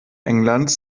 englands